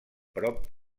prop